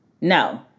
No